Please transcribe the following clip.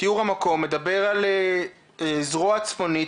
תיאור המקום מדבר על זרוע צפונית,